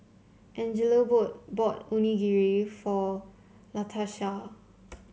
Angelo boot bought Onigiri for Latarsha